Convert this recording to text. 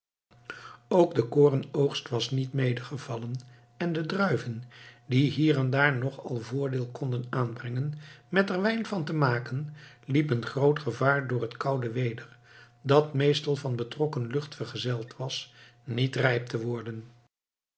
ook de korenoogst was niet medegevallen en de druiven die hier en daar nog al voordeel konden aanbrengen met er wijn van te maken liepen groot gevaar door het koude weder dat meestal van betrokken lucht vergezeld was niet rijp te worden